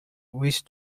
wish